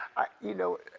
you know,